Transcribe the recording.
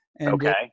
Okay